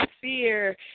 fear